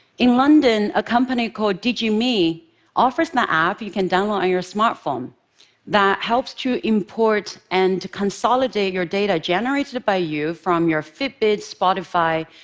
in london, a company called digi me offers an ah app you can download on your smartphone that helps to import and consolidate your data generated by you from your fitbit, spotify,